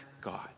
God